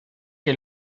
que